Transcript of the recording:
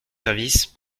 service